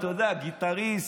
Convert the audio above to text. גיטריסט.